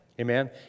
Amen